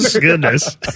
goodness